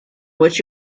which